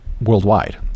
worldwide